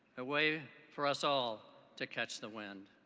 a way for us all to catch the wind?